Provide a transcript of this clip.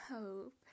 hope